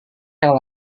yang